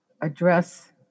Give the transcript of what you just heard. address